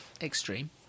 extreme